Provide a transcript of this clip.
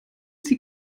sie